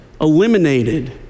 eliminated